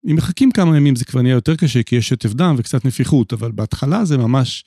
אם מחכים כמה ימים זה כבר נהיה יותר קשה כי יש שטף דם וקצת נפיחות אבל בהתחלה זה ממש...